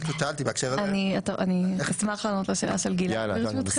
אני אשמח לענות לשאלה של גלעד ברשותכם.